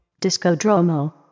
Discodromo